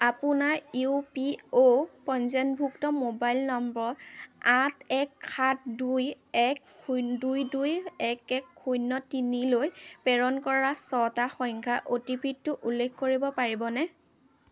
আপোনাৰ ইউ পি অ' পঞ্জীয়নভুক্ত মোবাইল নম্বৰ আঠ এক সাত দুই এক দুই দুই এক এক শূন্য তিনিলৈ প্ৰেৰণ কৰা ছটা সংখ্যাৰ অ' টি পি টো উল্লেখ কৰিব পাৰিবনে